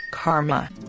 karma